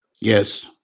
Yes